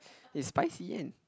is spicy and